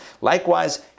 Likewise